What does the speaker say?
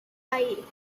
five